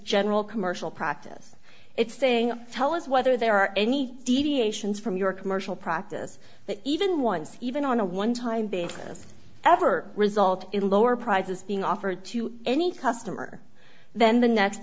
general commercial practice it's saying tell us whether there are any deviations from your commercial practice that even ones even on a one time basis ever result in lower prices being offered to any customer then the next